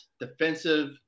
defensive